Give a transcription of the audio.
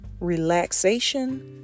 relaxation